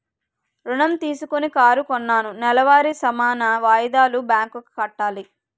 ఋణం తీసుకొని కారు కొన్నాను నెలవారీ సమాన వాయిదాలు బ్యాంకు కి కట్టాలి